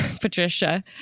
Patricia